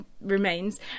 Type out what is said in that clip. remains